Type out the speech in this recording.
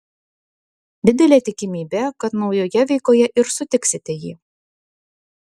didelė tikimybė kad naujoje veikoje ir sutiksite jį